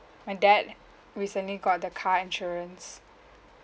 my dad recently got the car insurance